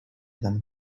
them